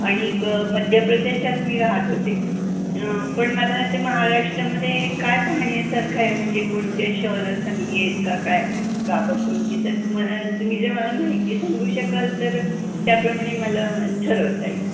आणिक मध्यप्रदेशात मी राहत होते पण मला इते महाराष्ट्रामध्ये काय पाहण्यासारखं आहे म्हणजे कोणत्या शहरं चांगली आहेत का काय गावं कोणती तर तुम्हाला तुम्ही जर मला माहिती सांगू शकाल तर त्याप्रमाणे मला ठरवता येईल